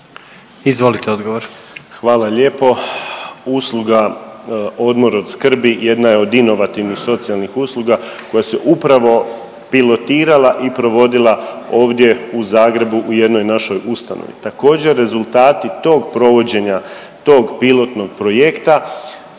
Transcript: Marin (HDZ)** Hvala lijepo. Usluga odmor od skrbi jedna je od inovativnih socijalnih usluga koja se upravo pilotirala i provodila ovdje u Zagrebu u jednoj našoj ustanovi. Također rezultati tog provođenja, tog pilotnog projekta